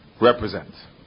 represent